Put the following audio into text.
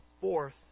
Fourth